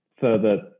further